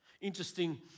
Interesting